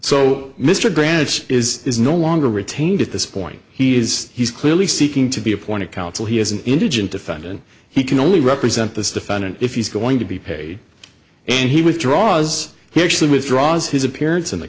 so mr grant is is no longer retained at this point he is he's clearly seeking to be appointed counsel he is an indigent defendant he can only represent this defendant if he's going to be paid and he withdraws he actually withdraws his appearance in the